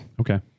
Okay